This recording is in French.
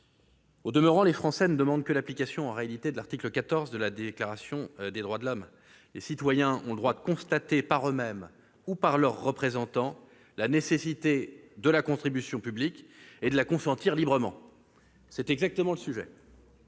Au demeurant, ceux-ci ne demandent en réalité que l'application de l'article XIV de la Déclaration des droits de l'homme et du citoyen : les citoyens ont le droit de constater, par eux-mêmes ou par leurs représentants, la nécessité de la contribution publique et de la consentir librement. Tel est exactement le sujet